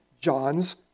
John's